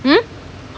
hmm